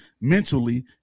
mentally